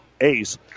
ace